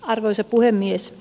arvoisa puhemies